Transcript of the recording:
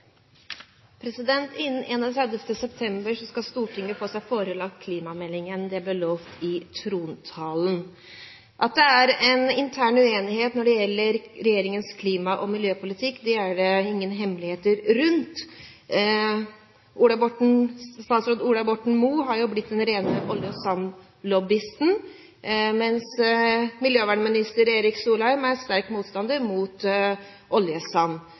Innen 31. september skal Stortinget få seg forelagt klimameldingen. Det ble lovet i trontalen. At det er en intern uenighet når det gjelder regjeringens klima- og miljøpolitikk, er ingen hemmelighet. Statsråd Ola Borten Moe har jo blitt den rene oljesandlobbyisten, mens miljøvernminister Erik Solheim er sterk motstander av oljesand.